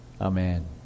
Amen